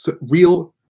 real